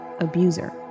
Abuser